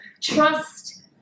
trust